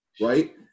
right